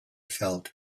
felt